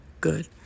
good